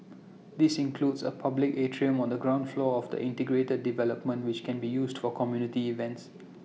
these includes A public atrium on the ground floor of the integrated development which can be used for community events